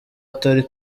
atari